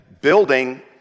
building